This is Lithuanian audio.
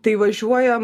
tai važiuojam